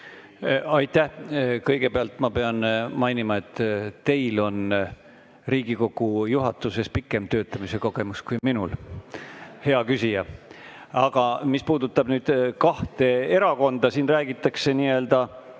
Aitäh! Kõigepealt ma pean mainima, et teil on Riigikogu juhatuses pikem töötamise kogemus kui minul, hea küsija. Aga mis puudutab kahte erakonda, siis siin räägitakse nii-öelda